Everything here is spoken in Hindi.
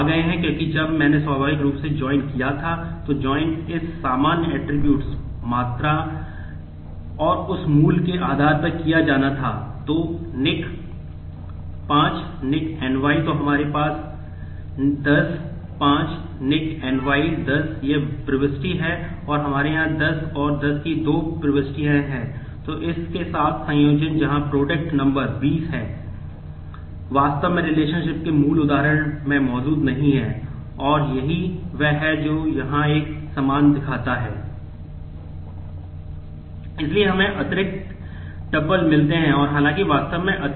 वे आ गए हैं क्योंकि जब मैंने स्वाभाविक रूप से ज्वाइन के मूल उदाहरण में मौजूद नहीं है और यही वह है जो यहां एक समान दिखाता है